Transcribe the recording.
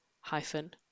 hyphen